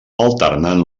alternant